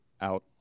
out